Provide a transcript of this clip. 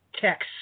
text